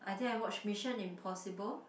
I think I watch Mission Impossible